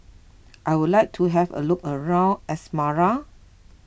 I would like to have a look around Asmara